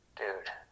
dude